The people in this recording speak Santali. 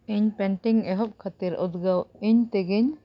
ᱤᱧ ᱯᱮᱱᱴᱤᱝ ᱮᱦᱚᱵ ᱠᱷᱟᱹᱛᱤᱨ ᱩᱫᱽᱜᱟᱹᱣ ᱤᱧ ᱛᱮᱜᱮᱧ